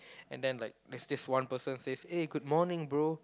and then like there's just one person says eh good morning bro